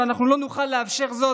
ואנחנו לא נוכל לאפשר זאת,